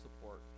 support